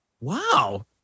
Wow